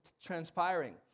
transpiring